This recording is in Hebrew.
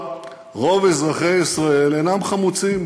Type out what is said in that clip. רוב אזרחי ישראל אינם חמוצים.